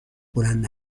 بلند